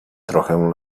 trochę